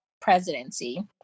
presidency